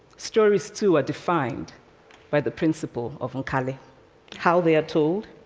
stories too are defined by the principle of nkali how they are told,